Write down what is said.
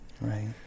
Right